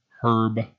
Herb